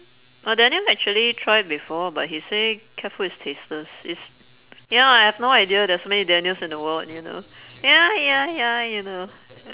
oh daniel actually tried before but he say cat food is tasteless is ya lah I have no idea there're so many daniels in the world you know ya ya ya you know